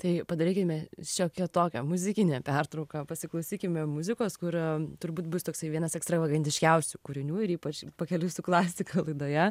tai padarykime šiokią tokią muzikinę pertrauką pasiklausykime muzikos kur turbūt bus toksai vienas ekstravagantiškiausių kūrinių ir ypač pakeliui su klasika laidoje